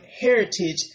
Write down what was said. heritage